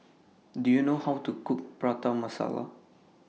Do YOU know How to Cook Prata Masala